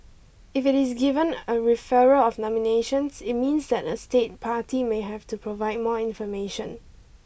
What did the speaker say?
if it is given a referral of nominations it means that a state party may have to provide more information